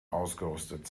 ausgerüstet